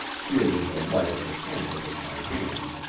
shielding the light of the candle with my hand,